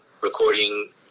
recording